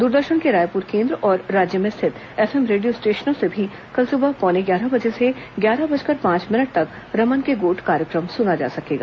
दूरदर्शन के रायपुर केन्द्र और राज्य में स्थित एफ एम रेडियो स्टेशनों से भी कल सुबह पौने ग्यारह बजे से ग्यारह बजकर पांच मिनट तक रमन के गोठ कार्यक्रम सुना जा सकेगा